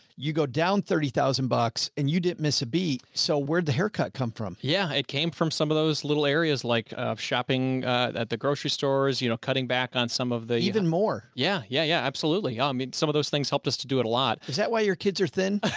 you go down thirty thousand bucks and you didn't miss a beat. so where'd the haircut come from? andy yeah, it came from some of those little areas like shopping at the grocery stores, you know, cutting back on some of the, even more. yeah, yeah, yeah, absolutely. i mean, some of those things helped us joe to do it a lot. is that why your kids are thin?